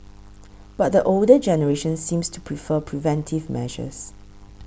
but the older generation seems to prefer preventive measures